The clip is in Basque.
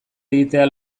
egitea